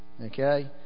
Okay